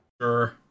Sure